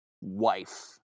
wife